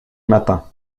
matin